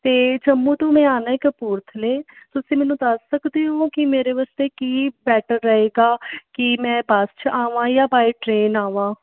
ਅਤੇ ਜੰਮੂ ਤੋਂ ਮੈਂ ਆਉਣਾ ਕਪੂਰਥਲੇ ਤੁਸੀਂ ਮੈਨੂੰ ਦੱਸ ਸਕਦੇ ਹੋ ਕਿ ਮੇਰੇ ਵਾਸਤੇ ਕੀ ਬੈਟਰ ਰਹੇਗਾ ਕਿ ਮੈਂ ਬੱਸ 'ਚ ਆਵਾਂ ਜਾਂ ਬਾਏ ਟਰੇਨ ਆਵਾਂ